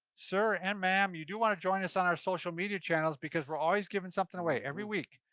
sir and ma'am, you do wanna join us on our social media channels because we're always giving something away, every week,